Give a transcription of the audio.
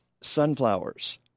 sunflowers